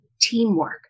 teamwork